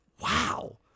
wow